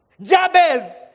Jabez